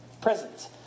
presence